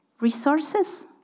resources